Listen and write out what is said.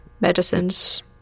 medicines